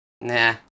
nah